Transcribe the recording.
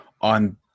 on